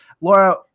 Laura